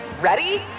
Ready